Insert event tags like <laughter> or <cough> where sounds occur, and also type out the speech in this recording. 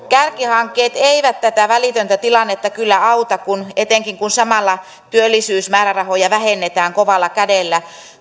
<unintelligible> kärkihankkeet eivät tätä välitöntä tilannetta kyllä auta etenkin kun samalla työllisyysmäärärahoja vähennetään kovalla kädellä